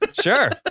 sure